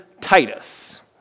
Titus